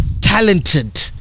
talented